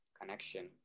connection